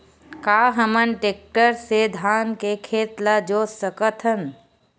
का हमन टेक्टर से धान के खेत ल जोत सकथन?